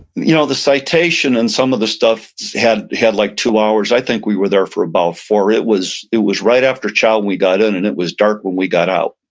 you know the citation in some of the stuff had had like two hours. i think we were there for abour four. it was it was right after chow when we got in and it was dark when we got out.